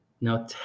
Now